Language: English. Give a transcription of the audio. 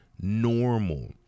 normal